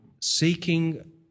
seeking